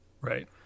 right